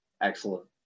excellent